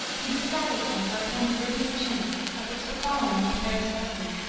he discarded them for a kind of rhythmic chant, of which the following is a fair specimen